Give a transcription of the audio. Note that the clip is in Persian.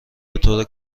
بطور